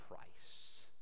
price